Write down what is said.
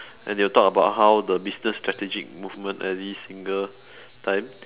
and they'll talk about how the business strategic movement every single time